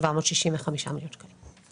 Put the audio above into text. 765 מיליון שקלים.